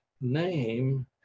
Name